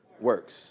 Works